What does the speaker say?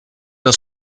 das